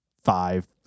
Five